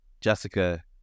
jessica